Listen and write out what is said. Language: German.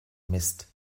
mist